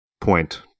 point